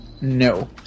No